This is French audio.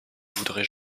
voudrais